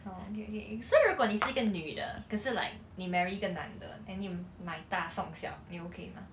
okay okay so 如果你是一个女的可是 like 你 marry 一个男的 then 你买大送小你 okay mah